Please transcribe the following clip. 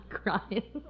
crying